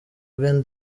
bwe